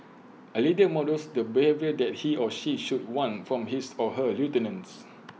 A leader models the behaviour that he or she should want from his or her lieutenants